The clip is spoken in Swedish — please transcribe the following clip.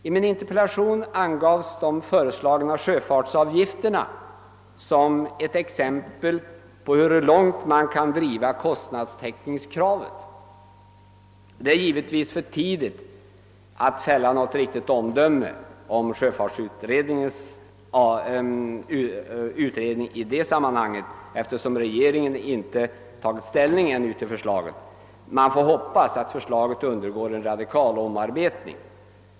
I min interpellation angavs de föreslagna sjöfartsavgifterna som ett exempel på hur långt man kan driva kostnadstäckningskravet. Det är givetvis för tidigt att fälla ett riktigt omdöme om sjöfartsutredningen i detta sammanhang, eftersom regeringen ännu inte tagit ställning till förslaget. Man får hop pas att förslaget undergår en radikal omarbetning.